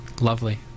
Lovely